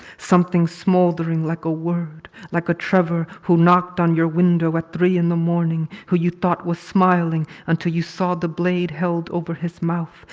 something smoldering like a word. like a trevor who knocked on your window at three zero in the morning, who you thought was smiling until you saw the blade held over his mouth.